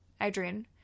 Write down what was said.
Adrian